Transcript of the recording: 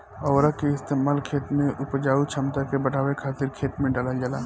उर्वरक के इस्तेमाल खेत के उपजाऊ क्षमता के बढ़ावे खातिर खेत में डालल जाला